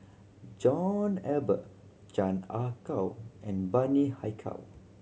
John Eber Chan Ah Kow and Bani Haykal